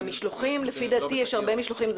המשלוחים לפי דעתי יש הרבה משלוחים,